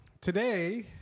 today